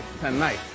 tonight